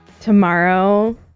Tomorrow